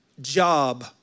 job